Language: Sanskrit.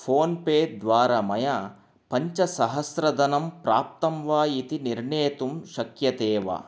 फ़ोन्पे द्वारा मया पञ्च सहस्रधनं प्राप्तं वा इति निर्णेतुं शक्यते वा